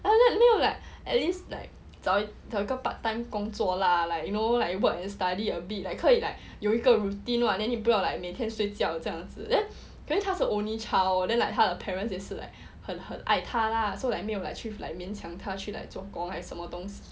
after that 没有 like at least like 找一个 part time 工作 lah like you know like work and study a bit like 可以 like 有一个 routine [what] then you 不用 like 每天睡觉这样子 then 他是 only child then like 他的 parents 也是 like 很很爱他 lah so like 没有去 like 勉强他去 like 做工还是什么东西